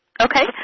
Okay